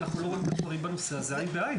שאנחנו לא רואים את הדברים בנושא הזה עין בעין.